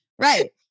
Right